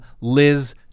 Liz